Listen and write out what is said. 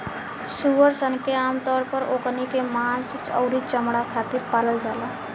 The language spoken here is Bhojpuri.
सूअर सन के आमतौर पर ओकनी के मांस अउरी चमणा खातिर पालल जाला